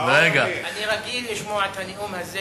אני רגיל לשמוע את הנאום הזה